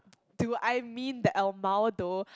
do I mean the lmao though